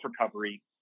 recovery